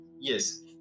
Yes